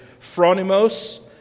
phronimos